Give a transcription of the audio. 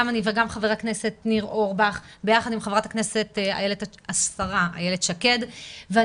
גם אני וגם חבר הכנסת ניר אורבך ביחד עם השרה איילת שקד ואני